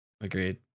agreed